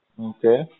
Okay